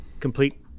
complete